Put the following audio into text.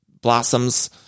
blossoms